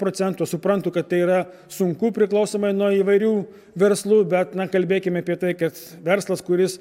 procentų suprantu kad tai yra sunku priklausomai nuo įvairių verslų bet na kalbėkim apie tai kad verslas kuris